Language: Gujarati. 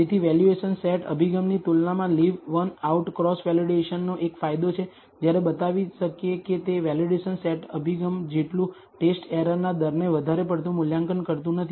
તેથી વેલ્યુએશન સેટ અભિગમની તુલનામાં લીવ વન આઉટ ક્રોસ વેલિડેશનનો એક ફાયદો છે જ્યારે બતાવી શકીએ કે તે વેલિડેશન સેટ અભિગમ જેટલું ટેસ્ટ એરરના દરને વધારે પડતું મૂલ્યાંકન કરતું નથી